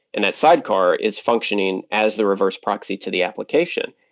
and that sidecar is functioning as the reverse proxy to the application.